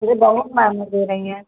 अरे बहुत महंगा दे रही हैं